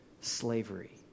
slavery